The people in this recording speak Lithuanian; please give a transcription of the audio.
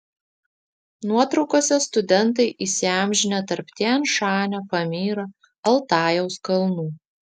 nuotraukose studentai įsiamžinę tarp tian šanio pamyro altajaus kalnų